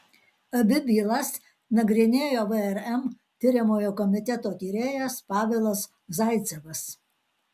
abi bylas nagrinėjo vrm tiriamojo komiteto tyrėjas pavelas zaicevas